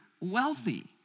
wealthy